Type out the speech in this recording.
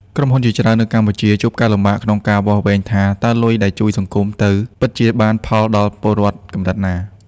ក្រុមហ៊ុនជាច្រើននៅកម្ពុជាជួបការលំបាកក្នុងការវាស់វែងថា តើលុយដែលជួយសង្គមទៅ ពិតជាបានផលដល់ពលរដ្ឋកម្រិតណា។